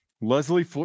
Leslie